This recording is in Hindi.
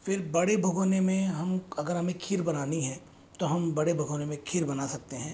फिर बड़े भगौने में हम अगर हमें खीर बनानी है तो हम बड़े भगौने में खीर बना सकते हैं